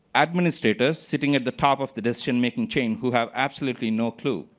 administrators setting at the top of the decision-making chain who have absolutely no clue.